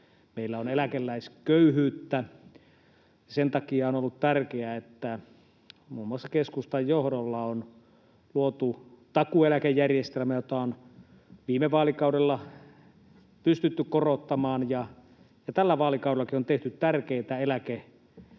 meillä on eläkeläisköyhyyttä. Sen takia on ollut tärkeää, että muun muassa keskustan johdolla on luotu takuueläkejärjestelmä, jota on viime vaalikaudella pystytty korottamaan, ja tälläkin vaalikaudella on tehty hallitusohjelman